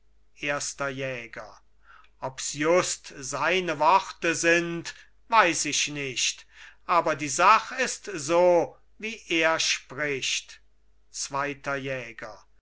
erster jäger obs just seine worte sind weiß ich nicht aber die sach ist so wie er spricht zweiter jäger